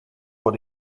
von